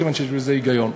כיוון שיש בזה היגיון.